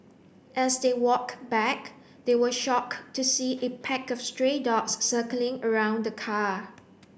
as they walked back they were shocked to see a pack of stray dogs circling around the car